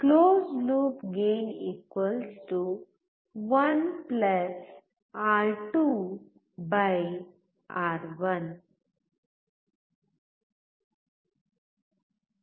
closed loop gain 1 R two R one R2 R1